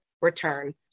return